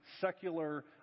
secular